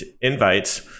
invites